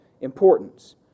importance